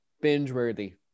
binge-worthy